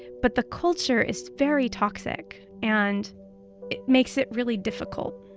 but the culture is very toxic. and it makes it really difficult